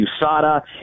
USADA